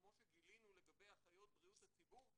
כמו שגילינו לגבי אחיות בריאות הציבור,